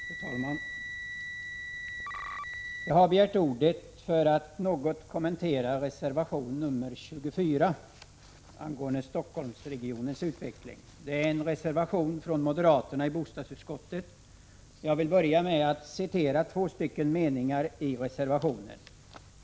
Fru talman! Jag har begärt ordet för att något kommentera reservation 24 angående Stockholmsregionens utveckling. Det är en reservation från moderaterna i bostadsutskottet. Jag vill börja med att citera två meningar i reservationen.